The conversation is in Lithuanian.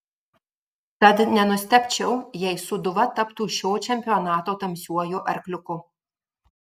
tad nenustebčiau jei sūduva taptų šio čempionato tamsiuoju arkliuku